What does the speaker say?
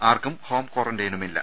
ആർക്കും ഹോം ക്വാറന്റയിനുമില്ല